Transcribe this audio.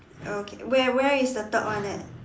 okay where where is the third one at